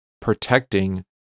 protecting